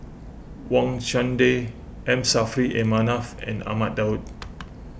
Wang Chunde M Saffri A Manaf and Ahmad Daud